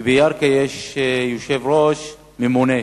כי בירכא יש יושב-ראש ממונה,